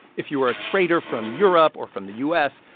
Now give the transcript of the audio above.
if you were a trader from europe or from the u s,